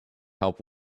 help